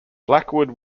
blackwood